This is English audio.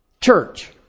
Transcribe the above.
church